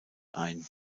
ein